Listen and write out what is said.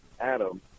Adam